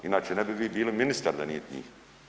Inače ne bi vi bili ministar da nije njih.